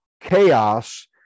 chaos